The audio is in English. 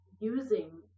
using